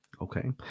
okay